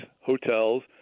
hotels